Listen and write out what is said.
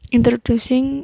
Introducing